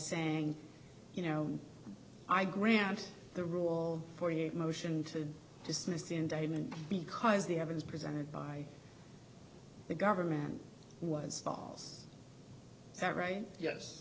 saying you know i grant the rule for your motion to dismiss indictment because the evidence presented by the government was false that right yes